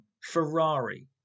Ferrari